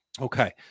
okay